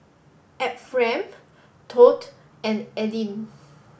Ephriam Todd and Aleen